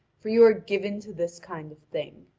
for you are given to this kind of thing.